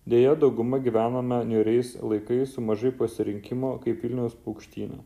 deja dauguma gyvename niūriais laikais su mažai pasirinkimo kaip vilniaus paukštyne